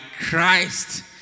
Christ